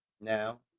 now